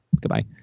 goodbye